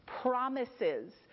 promises